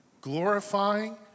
glorifying